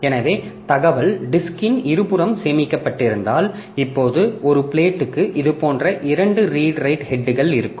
எனவே தகவல் டிஸ்க்ன் இருபுறமும் சேமிக்கப்பட்டிருந்தால் இப்போது ஒரு பிளேட்க்கு இதுபோன்ற இரண்டு ரீடு ரைட் ஹெட்கள் இருக்கும்